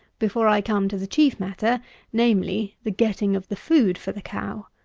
before i come to the chief matter namely, the getting of the food for the cow.